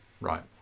Right